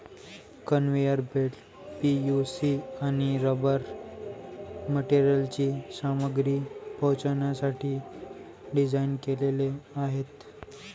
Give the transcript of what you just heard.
conveyor belts PVC आणि rubber मटेरियलची सामग्री पोहोचवण्यासाठी डिझाइन केलेले आहेत